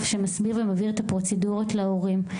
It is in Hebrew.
שמסביר ומבהיר את הפרוצדורות להורים.